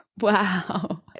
Wow